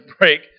break